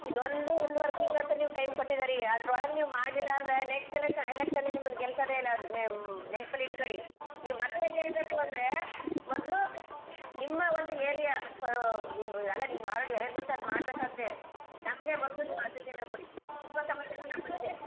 ಇದು ಒಂದು ಒಂದೂವರೆ ತಿಂಗ್ಳು ಅಂತ ನೀವು ಟೈಮ್ ಕೊಟ್ಟಿದೀರಿ ಅದ್ರೊಳಗೆ ನೀವು ಮಾಡಲಿಲ್ಲ ಅಂದರೆ ನೆಕ್ಸ್ಟ್ ಎಲೆಕ್ಷನ್ ಎಲೆಕ್ಷನಿಗೆ ನಿಮ್ಮನ್ನ ಗೆಲ್ಸೋದೇ ಇಲ್ಲ ನಿಮ್ಮ ನೆನ್ಪಲ್ಲಿ ಇಟ್ಕಳಿ ನೀವು ಮತ್ತೆ ಗೆಲ್ಲಬೇಕು ಅಂದರೆ ಮೊದಲು ನಿಮ್ಮ ಒಂದು ಏರಿಯಾ ನಿಮ್ಮ ಅಲ್ವಾ ನಿಮ್ಮ ವಾರ್ಡ್ ಎಲ್ಲಿ ಬರ್ತೆ ಅಲ್ಲಿ ಮಾಡಬೇಕಾದ್ದೇ ನಮಗೆ ಮೊದಲು ನೀವು ಆದ್ಯತೆಯನ್ನು ಕೊಡಿ ತುಂಬ ಸಮಸ್ಯೆಗಳು ನಮ್ಮಲ್ಲಿದೆ